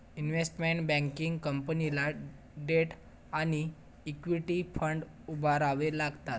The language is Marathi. इन्व्हेस्टमेंट बँकिंग कंपनीला डेट आणि इक्विटी फंड उभारावे लागतात